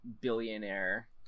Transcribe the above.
billionaire